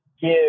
give